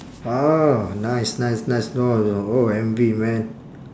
orh nice nice nice know oh envy man